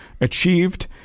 achieved